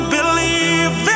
Believe